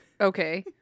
Okay